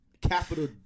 capital